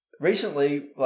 Recently